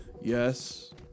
Yes